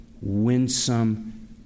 winsome